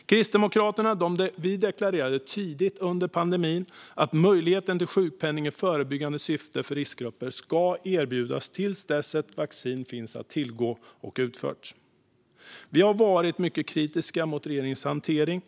Vi kristdemokrater deklarerade tidigt under pandemin att möjligheten till sjukpenning i förebyggande syfte för riskgrupper ska erbjudas till dess ett vaccin finns att tillgå och vaccinering har utförts. Vi har varit mycket kritiska till regeringens hantering.